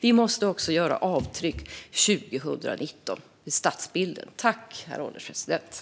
Vi måste också göra avtryck i stadsbilden 2019.